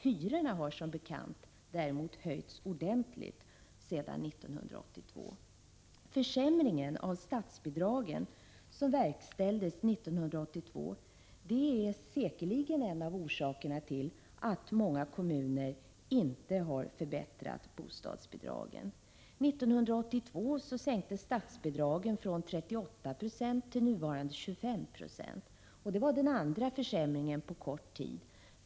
Hyrorna har däremot som bekant höjts ordentligt sedan 1982. Den försämring av statsbidragen som verkställdes 1982 är säkerligen en av orsakerna till att många kommuner inte har förbättrat bostadsbidragen. 1982 sänktes statsbidragen från 38 9 till nuvarande 25 20. Det var den andra försämringen på kort tid.